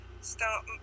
Start